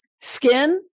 skin